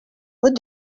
what